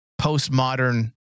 postmodern